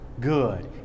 Good